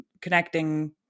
connecting